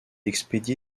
expédié